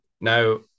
Now